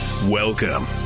Welcome